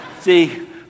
See